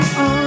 on